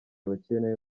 bakeneye